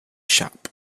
shop